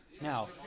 Now